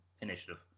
initiative